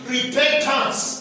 Repentance